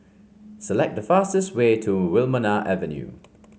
select the fastest way to Wilmonar Avenue